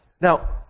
Now